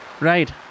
Right